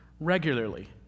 regularly